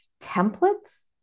templates